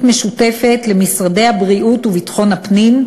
משותפת למשרדי הבריאות וביטחון הפנים,